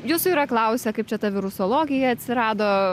jūsų yra klausia kaip čia ta virusologija atsirado